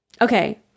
Okay